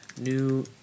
New